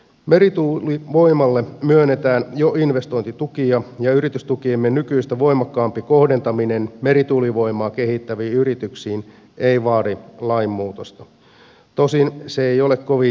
merituulivoimalle myönnetään jo investointitukia ja yritystukiemme nykyistä voimakkaampi kohdentaminen merituulivoimaa kehittäviin yrityksiin ei vaadi lainmuutosta tosin se ei ole kovin järkevää